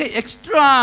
extra